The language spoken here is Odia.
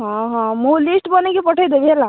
ହଁ ହଁ ମୁଁ ଲିଷ୍ଟ୍ ବନେଇକି ପଠେଇ ଦେବି ହେଲା